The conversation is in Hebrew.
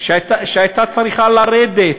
שהייתה צריכה לרדת